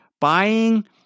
Buying